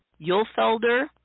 Yulfelder